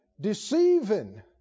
deceiving